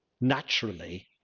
naturally